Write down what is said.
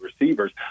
receivers